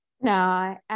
No